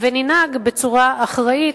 וננהג בצורה אחראית,